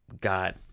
got